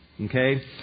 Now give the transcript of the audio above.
Okay